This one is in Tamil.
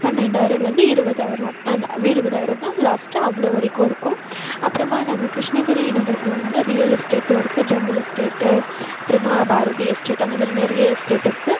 பன்னெண்டாயிரம்லேருந்து இருபதாயிரம் அந்த இருபதாயிரம் தான் லாஸ்ட்டாக அவ்வளோ வரைக்கும் இருக்கும் அப்புறமா நாங்கள் கிருஷ்ணகிரி நகரத்தில் வந்து ரியல் எஸ்டேட்டும் இருக்குது ஜமீல் எஸ்டேட்டு அப்புறமா பாரதி எஸ்டேட் அந்தமாதிரி நிறைய எஸ்டேட் இருக்குது